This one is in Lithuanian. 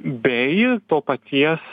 bei to paties